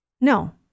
No